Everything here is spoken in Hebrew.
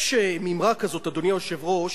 אדוני היושב-ראש,